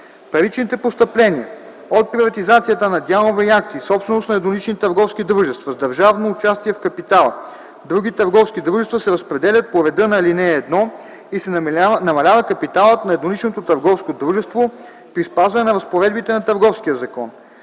Паричните постъпления от приватизацията на дялове и акции, собственост на еднолични търговски дружества с държавно участие в капитала в други търговски дружества, се разпределят по реда на ал. 1 и се намалява капиталът на едноличното търговско дружество при спазване на разпоредбите на Търговския закон.